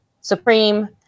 supreme